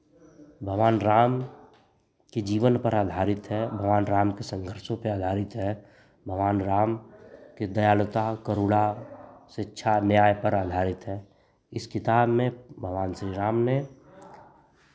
भगवान राम के जीवन पर आधारित है भगवान राम के संघर्षों पे आधारित है भगवान राम के दयालुता करुणा शिक्षा न्याय पर आधारित है इस किताब में भगवान श्री राम ने